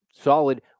Solid